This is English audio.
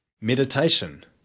Meditation